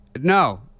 No